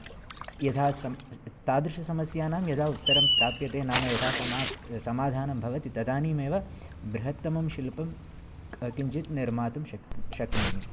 यथा सं त तादृशसमस्यानां यदा उत्तरं प्राप्यते नाम यथा समास समाधानं भवति तदानीमेव बृहत्तमं शिल्पं किञ्चित् निर्मातुं शक्नो शक्नोमि